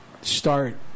start